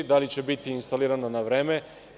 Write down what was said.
Da li će biti instalirano na vreme?